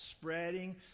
spreading